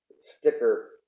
sticker